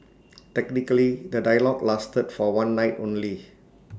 technically the dialogue lasted for one night only